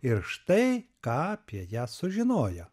ir štai ką apie ją sužinojo